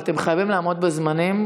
אבל אתם חייבים לעמוד בזמנים.